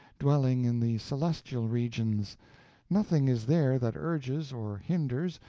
dwelling in the celestial regions nothing is there that urges or hinders,